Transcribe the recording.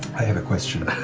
i have a question.